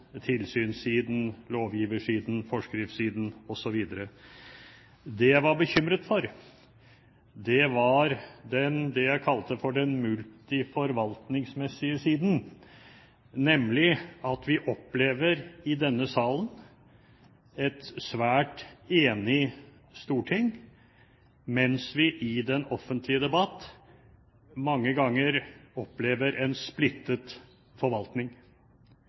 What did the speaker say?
kontroll-/tilsynssiden, lovgiversiden, forskriftssiden osv. Det jeg var bekymret for, var det jeg kalte den multiforvaltningsmessige siden, nemlig at vi i denne salen opplever et svært enig storting, mens vi i den offentlige debatt mange ganger opplever en splittet forvaltning.